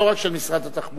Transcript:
לא רק של משרד התחבורה,